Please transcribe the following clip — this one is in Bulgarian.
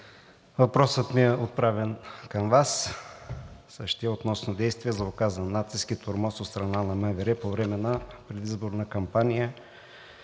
въпросът ми е отправен към Вас. Същият е относно действия за оказан натиск и тормоз от страна на МВР по време на предизборна кампания